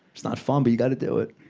it's not fun, but you gotta do it.